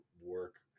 work